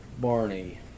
Barney